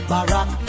Barack